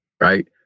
right